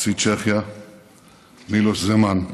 צ'כיה מילוש זמאן,